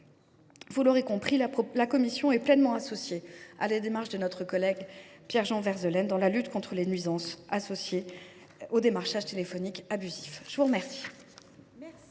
Vous l’aurez compris, la commission des lois est pleinement associée à la démarche de notre collègue Pierre Jean Verzelen dans la lutte contre les nuisances associées au démarchage téléphonique abusif. La parole